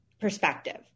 perspective